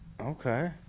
Okay